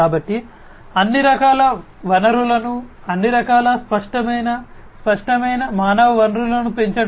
కాబట్టి అన్ని రకాల వనరులను అన్ని రకాల స్పష్టమైన స్పష్టమైన మానవ వనరులను పెంచడం